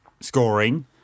scoring